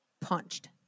punched